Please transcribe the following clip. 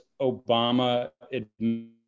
Obama